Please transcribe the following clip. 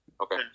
Okay